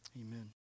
Amen